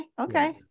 Okay